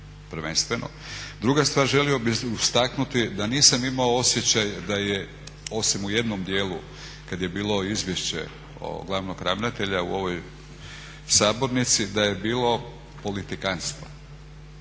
Druga stvar, želio bih istaknuti da nisam imao osjećaj da je, osim u jednom dijelu kad je bilo Izvješće glavnog ravnatelja u ovoj sabornici, da je bilo politikantstva.